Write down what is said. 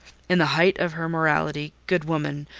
in the height of her morality, good woman!